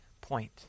point